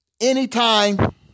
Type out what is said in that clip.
anytime